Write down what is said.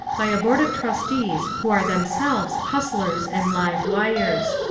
by a board of trustees who are themselves hustlers and live-wires.